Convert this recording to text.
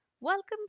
Welcome